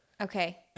Okay